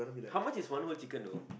how much is one whole chicken though